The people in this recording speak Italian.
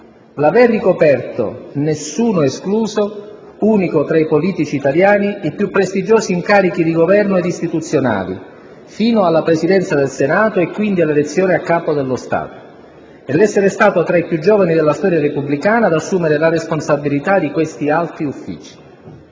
l'aver ricoperto, nessuno escluso - unico tra i politici italiani - i più prestigiosi incarichi di governo ed istituzionali, fino alla Presidenza del Senato e quindi all'elezione a Capo dello Stato; e l'essere stato tra i più giovani della storia repubblicana ad assumere la responsabilità di questi alti uffici.